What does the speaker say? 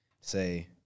say